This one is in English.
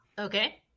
Okay